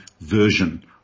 version